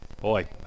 Boy